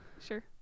Sure